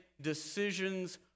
decisions